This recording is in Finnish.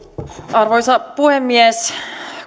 arvoisa puhemies